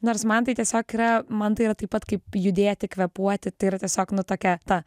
nors man tai tiesiog yra man tai yra taip pat kaip judėti kvėpuoti tai yra tiesiog nu tokia ta